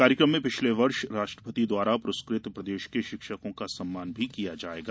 कार्यक्रम में पिछले वर्ष राष्ट्रपति द्वारा पुरस्कृत प्रदेश के शिक्षकों का सम्मान भी किया जायेगा